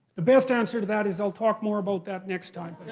best answer to that is i'll talk more about that next time.